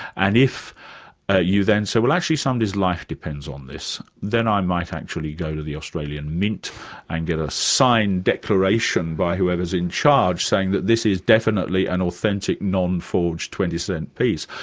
and if ah you then say, well actually somebody's life depends on this, then i might actually go to the australian mint and get a signed declaration by whoever's in charge, saying that this is definitely an authentic, non-forged twenty cent piece.